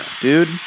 Dude